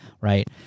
Right